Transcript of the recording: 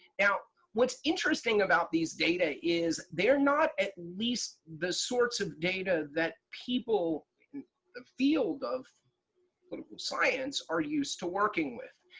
now, what's interesting about these data is they're not at least the sorts of data that people in the field of political science are used to working with.